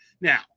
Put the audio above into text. Now